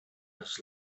his